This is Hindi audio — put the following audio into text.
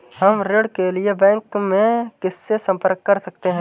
हम ऋण के लिए बैंक में किससे संपर्क कर सकते हैं?